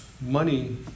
money